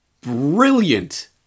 brilliant